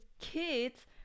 kids